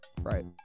right